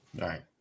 Right